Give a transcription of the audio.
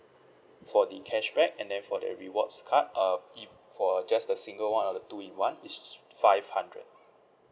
for the cashback and then for the rewards card um if for just a single want or the two in one is five hundred